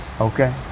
Okay